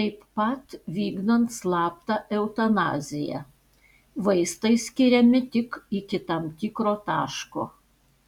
taip pat vykdant slaptą eutanaziją vaistai skiriami tik iki tam tikro taško